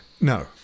No